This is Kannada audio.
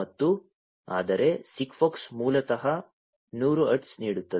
ಮತ್ತು ಆದರೆ SIGFOX ಮೂಲತಃ 100 ಹರ್ಟ್ಜ್ ನೀಡುತ್ತದೆ